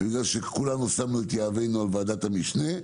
כולנו שמנו את יהבנו על ועדת המשנה.